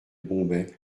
bombay